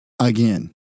again